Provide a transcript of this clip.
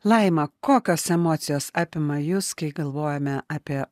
laima kokios emocijos apima jus kai galvojame apie